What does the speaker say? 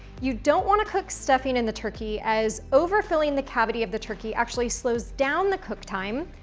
you don't wanna cook stuffing in the turkey, as overfilling the cavity of the turkey actually slows down the cook time.